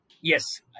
Yes